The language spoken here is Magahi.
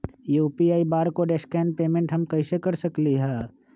यू.पी.आई बारकोड स्कैन पेमेंट हम कईसे कर सकली ह?